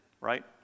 right